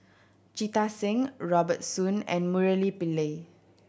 Jita Singh Robert Soon and Murali Pillai